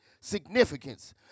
significance